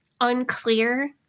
unclear